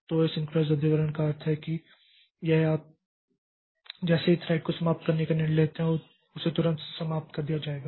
तो एसिंक्रोनस रद्दीकरण का अर्थ है कि यह आप जैसे ही थ्रेड को समाप्त करने का निर्णय लेते हैं उसे तुरंत समाप्त कर दिया जाता है